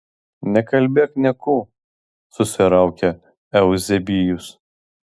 nekalbėk niekų susiraukė euzebijus